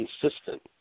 consistent